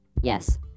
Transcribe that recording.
Yes